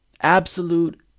Absolute